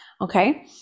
okay